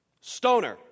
Stoner